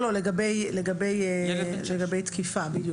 לגבי תקיפה.